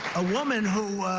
a woman who